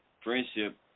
friendship